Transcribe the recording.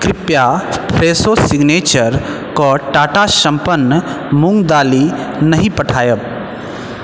कृप्या Fresho signature कऽ टाटा संपन्न मूंग दालि नहि पठाएब